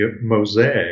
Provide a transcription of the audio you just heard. mosaic